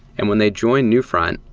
and when they join newfront,